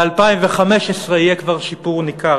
ב-2015 יהיה כבר שיפור ניכר",